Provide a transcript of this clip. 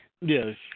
Yes